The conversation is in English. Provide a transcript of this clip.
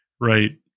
right